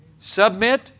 Submit